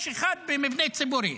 יש אחד במבנה ציבורי.